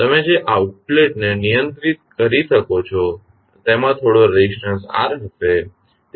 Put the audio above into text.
તમે જે આઉટલેટ ને નિયંત્રિત કરી શકો છો તેમાં થોડો રેઝિસ્ટંસ R હશે